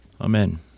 Amen